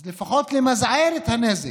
אז לפחות למזער את הנזק,